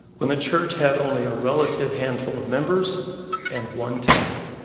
when the church had only a relative handful of members and one temple.